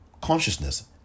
consciousness